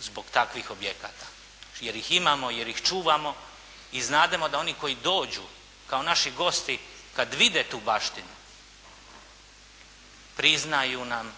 zbog takvih objekata jer ih imamo, jer ih čuvamo i znademo da oni koji dođu kao naši gosti, kada vide tu baštinu, priznaju nam